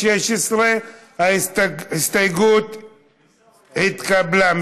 16. ההסתייגות מס' 3 התקבלה.